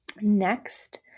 next